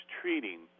treating